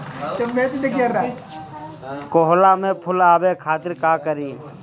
कोहड़ा में फुल आवे खातिर का करी?